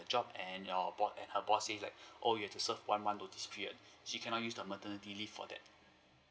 the job and your boss her boss say like oh you have to serve one month notice period she cannot use the maternity leave for that